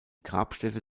grabstätte